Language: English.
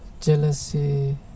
jealousy